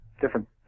different